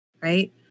Right